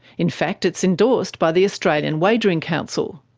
in fact it's endorsed by the australian wagering council,